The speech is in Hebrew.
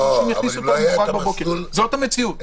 זאת המציאות.